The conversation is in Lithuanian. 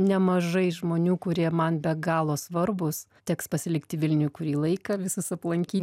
nemažai žmonių kurie man be galo svarbūs teks pasilikti vilniuj kurį laiką visus aplanky